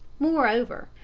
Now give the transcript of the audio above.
moreover,